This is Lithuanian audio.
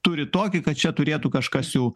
turi tokį kad čia turėtų kažkas jau